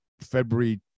february